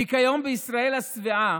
כי כיום בישראל השבעה